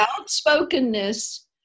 Outspokenness